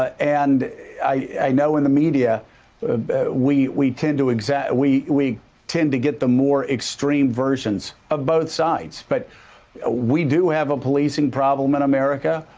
ah and i know in the media we we tend to we we tend to get the more extreme versions of both sides. but ah we do have a policing problem in america.